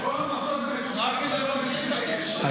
--- תסביר את הקשר.